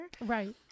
right